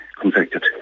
convicted